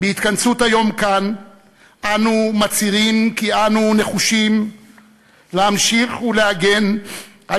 בהתכנסות היום כאן אנו מצהירים כי אנו נחושים להמשיך ולהגן על